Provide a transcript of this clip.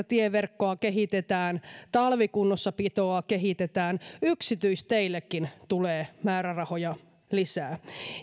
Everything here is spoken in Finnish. tieverkkoa kehitetään talvikunnossapitoa kehitetään yksityisteillekin tulee määrärahoja lisää